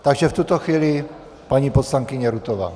Takže v tuto chvíli paní poslankyně Rutová.